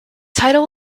title